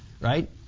Right